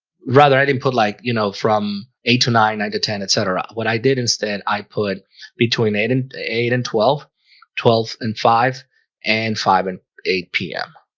rather i didn't put like, you know from eight to nine nine to ten, etc what i did instead i put between eight and eight and twelve twelve and five and five and eight p m